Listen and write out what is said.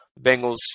Bengals